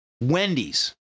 Wendy's